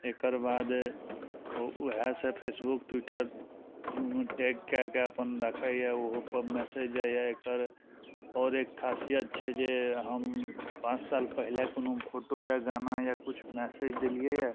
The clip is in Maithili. एकर बाद वएह सब फेसबुक ट्विटर टेप कए कऽ अपन रखइए ओहोपर मैसेज जाइये एकर आओर एक खासियत छै जे हम पाँच साल पहिले कोनो फोटो या गाना या कुछ मैसेज देलियैया